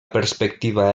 perspectiva